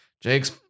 Jake's